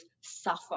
suffer